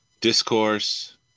discourse